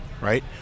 right